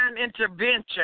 intervention